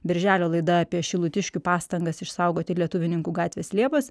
birželio laida apie šilutiškių pastangas išsaugoti lietuvininkų gatvės liepas